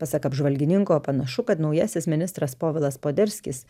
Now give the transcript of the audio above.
pasak apžvalgininko panašu kad naujasis ministras povilas poderskis